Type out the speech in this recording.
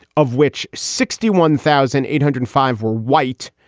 of which sixty one thousand eight hundred five were white,